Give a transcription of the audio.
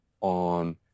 on